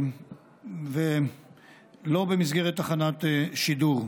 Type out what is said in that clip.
ולא במסגרת תחנת שידור.